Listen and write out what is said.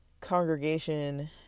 congregation